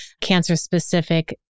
cancer-specific